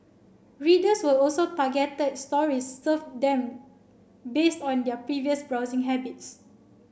readers will also targeted stories serve them based on their previous browsing habits